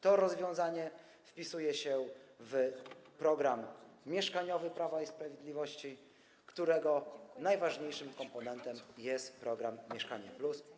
To rozwiązanie wpisuje się w program mieszkaniowy Prawa i Sprawiedliwości, którego najważniejszym komponentem jest program „Mieszkanie+”